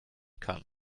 kann